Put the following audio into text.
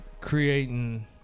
creating